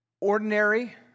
ordinary